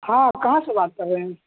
ہاں کہاں سے بات کر رہے ہیں